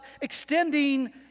extending